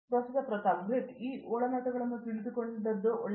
ಪ್ರತಾಪ್ ಹರಿಡೋಸ್ ಗ್ರೇಟ್ ಈ ಒಳನೋಟಗಳನ್ನು ತಿಳಿದುಕೊಳ್ಳಲು ಒಳ್ಳೆಯದು